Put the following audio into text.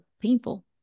painful